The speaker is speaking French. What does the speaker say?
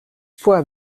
poids